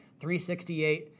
368